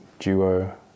duo